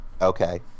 okay